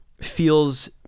feels